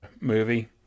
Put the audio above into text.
movie